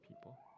people